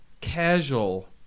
casual